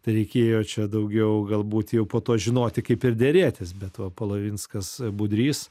tai reikėjo čia daugiau galbūt jau po to žinoti kaip ir derėtis bet va polavinskas budrys